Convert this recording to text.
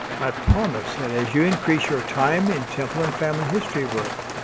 i promise that as you increase your time in temple and family history work,